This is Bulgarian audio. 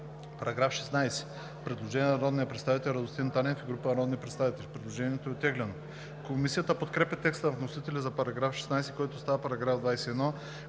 По § 16 има предложение на народния представител Радостин Танев и група народни представители. Предложението е оттеглено. Комисията подкрепя текста на вносителя за § 16, който става § 21,